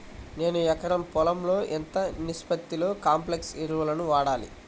నేను ఎకరం పొలంలో ఎంత నిష్పత్తిలో కాంప్లెక్స్ ఎరువులను వాడాలి?